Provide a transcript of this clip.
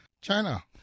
China